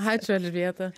ačiū elžbieta